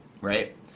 Right